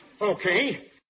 Okay